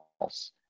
else